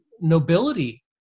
nobility